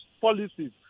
policies